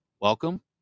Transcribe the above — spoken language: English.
Welcome